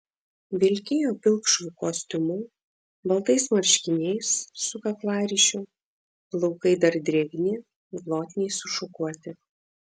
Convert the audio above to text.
vilkėjo pilkšvu kostiumu baltais marškiniais su kaklaryšiu plaukai dar drėgni glotniai sušukuoti